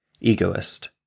egoist